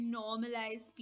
normalize